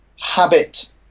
habit